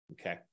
okay